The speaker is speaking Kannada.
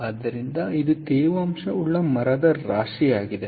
ಆದ್ದರಿಂದ ಇದು ತೇವಾಂಶವುಳ್ಳ ಮರದ ರಾಶಿಯಾಗಿದೆ